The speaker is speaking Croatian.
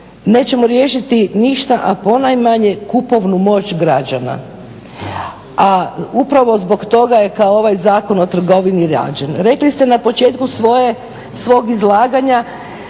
nećemo riješiti ništa a ponajmanje kupovnu moć građana. A upravo zbog toga je kao ovaj Zakon o trgovini rađen. Rekli ste na početku svog izlaganja